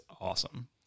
awesome